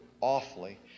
awfully